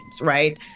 Right